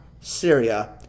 Syria